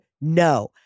No